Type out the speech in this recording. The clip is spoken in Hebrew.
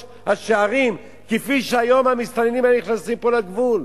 השערים כפי שהיום המסתננים האלה נכנסים פה דרך הגבול.